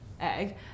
egg